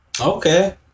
Okay